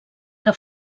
que